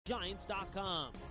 Giants.com